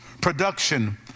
production